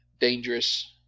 dangerous